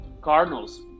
Cardinals